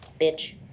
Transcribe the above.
Bitch